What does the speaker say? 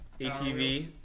ATV